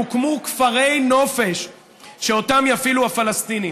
יוקמו כפרי נופש שאותם יפעילו הפלסטינים.